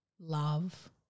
love